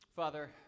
Father